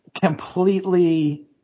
completely